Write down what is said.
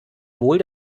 wohl